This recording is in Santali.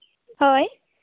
ᱦᱳᱭ